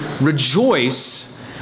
rejoice